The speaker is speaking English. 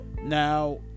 Now